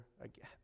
again